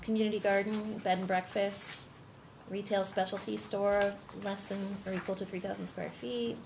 community garden bed and breakfast retail specialty store less than or equal to three thousand square feet